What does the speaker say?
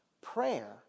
Prayer